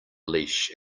leash